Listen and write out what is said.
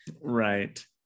Right